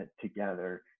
together